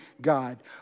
God